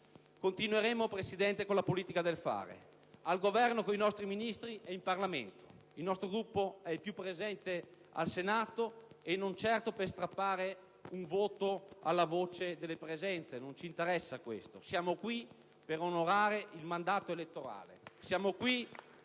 Continueremo, signor Presidente, con la politica del fare: al Governo coi nostri Ministri e in Parlamento. Il nostro Gruppo è il più presente al Senato e non certo per strappare un voto alla voce delle presenze; non ci interessa questo. Siamo qui per onorare il mandato elettorale.